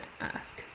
ask